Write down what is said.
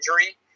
injury